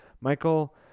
michael